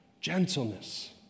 gentleness